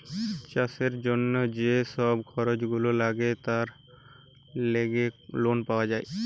চাষের জিনে যে সব খরচ গুলা লাগে তার লেগে লোন পাওয়া যায়